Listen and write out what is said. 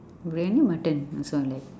briyani mutton also I like